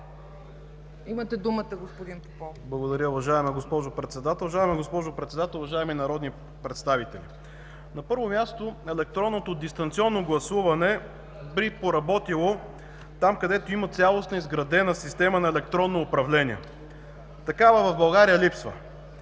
Имате думата, господин Попов.